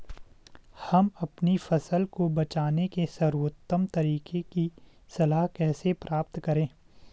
हम अपनी फसल को बचाने के सर्वोत्तम तरीके की सलाह कैसे प्राप्त करें?